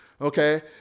Okay